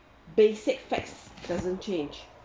basic facts doesn't change